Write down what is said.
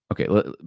Okay